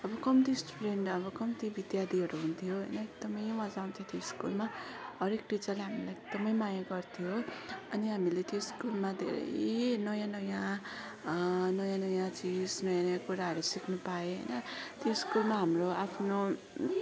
अब कम्ती स्टुडेन्ट अब कम्ती विद्यार्थीहरू हुन्थ्यो होइन एकदमै मज्जा आउँथ्यो त्यो स्कुलमा हरेक टिचरले हामीलाई एकदमै माया गर्थ्यो हो अनि हामीले त्यो स्कुलमा धेरै नयाँ नयाँ नयाँ नयाँ चिज नयाँ नयाँ कुराहरू सिक्नु पायो होइन त्यो स्कुलमा हाम्रो आफ्नो